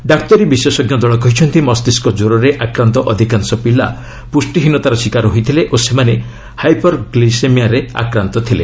ଡାକ୍ତରୀ ବିଶେଷଜ୍ଞ ଦଳ କହିଛନ୍ତି ମସ୍ତିଷ୍କ ଜ୍ୱରରେ ଆକ୍ରାନ୍ତ ଅଧିକାଂଶ ପିଲା ପ୍ରଷ୍ଟିହୀନତାର ଶିକାର ହୋଇଥିଲେ ଓ ସେମାନେ ହାଇପର୍ ଗୁିସେମିଆରେ ଆକ୍ରାନ୍ତ ଥିଲେ